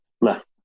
left